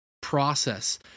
process